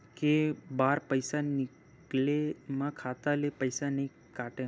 के बार पईसा निकले मा खाता ले पईसा नई काटे?